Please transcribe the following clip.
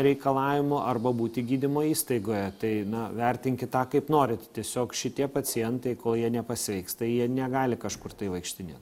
reikalavimų arba būti gydymo įstaigoje tai na vertinkit kaip norit tiesiog šitie pacientai kol jie nepasveiksta jie negali kažkur tai vaikštinėt